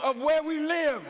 of where we live